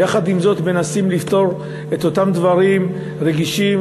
ויחד עם זאת מנסים לפתור את אותם דברים רגישים